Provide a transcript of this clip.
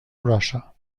russia